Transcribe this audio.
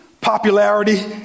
popularity